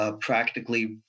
Practically